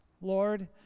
Lord